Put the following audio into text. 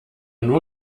nur